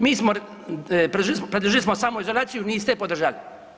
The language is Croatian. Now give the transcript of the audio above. Mi smo, predložili smo samoizolaciju niste je podržali.